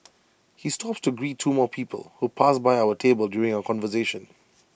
he stops to greet two more people who pass by our table during our conversation